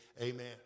amen